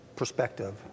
perspective